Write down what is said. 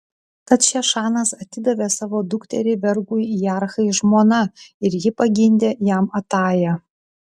tad šešanas atidavė savo dukterį vergui jarhai žmona ir ji pagimdė jam atają